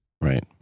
Right